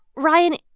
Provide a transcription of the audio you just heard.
ryan,